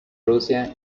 rusia